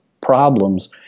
problems